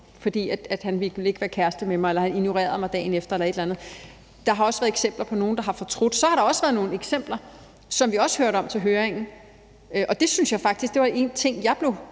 fordi han ikke vil være kæreste med mig eller har ignoreret mig dagen efter eller et eller andet. Der har også været eksempler på nogle, der har fortrudt. Så har der også været nogle andre eksempler, som vi også hørte om til høringen, og der var en ting, jeg blev